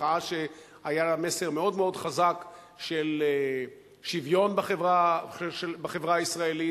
מחאה שהיה לה מסר מאוד-מאוד חזק של שוויון בחברה הישראלית.